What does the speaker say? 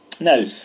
Now